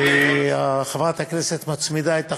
וחברת הכנסת מצמידה את החוק.